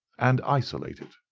and isolate it,